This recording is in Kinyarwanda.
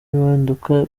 impinduka